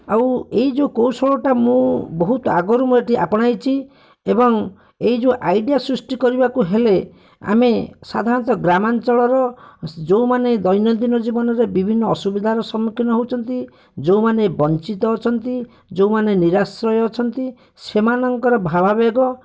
ଆଉ ଏହି ଯେଉଁ କୌଶଳଟା ମୁଁ ବହୁତ ଅଗରୁ ମୁଁ ଏଇଠି ଅପଣାଇଛି ଏବଂ ଏହି ଯେଉଁ ଆଇଡ଼ିଆ ସୃଷ୍ଟି କରିବାକୁ ହେଲେ ଆମେ ସାଧାରଣତଃ ଗ୍ରାମାଞ୍ଚଳର ଯେଉଁମାନେ ଦୈନନ୍ଦିନ ଜୀବନରେ ବିଭିନ୍ନ ଅସୁବିଧାର ସମ୍ମୁଖୀନ ହେଉଛନ୍ତି ଯେଉଁମାନେ ବଞ୍ଚିତ ଅଛନ୍ତି ଯେଉଁମାନେ ନିରାଶ୍ରୟ ଅଛନ୍ତି ସେମାନଙ୍କର ଭାବାବେଗ